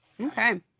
Okay